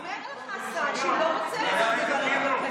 אומר לך השר שהוא לא רוצה את זה בוועדת הכלכלה.